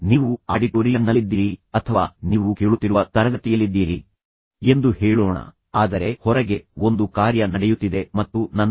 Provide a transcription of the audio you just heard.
ನೀವು ಆಡಿಟೋರಿಯಂನಲ್ಲಿದ್ದೀರಿ ಅಥವಾ ನೀವು ಕೇಳುತ್ತಿರುವ ತರಗತಿಯಲ್ಲಿದ್ದೀರಿ ಎಂದು ಹೇಳೋಣ ಆದರೆ ಹೊರಗೆ ಒಂದು ಕಾರ್ಯ ನಡೆಯುತ್ತಿದೆ ಮತ್ತು ನಂತರ ಧ್ವನಿವರ್ಧಕದಲ್ಲಿ ನಿಮ್ಮ ನೆಚ್ಚಿನ ಹಾಡುಗಳನ್ನು ನುಡಿಸಲಾಗುತ್ತಿದೆ